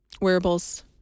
wearables